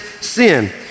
sin